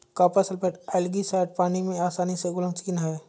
copper sulphate algicide पानी में आसानी से घुलनशील है